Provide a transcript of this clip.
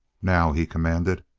now! he commanded.